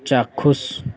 ଚାକ୍ଷୁଷ